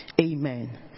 Amen